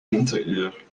winteruur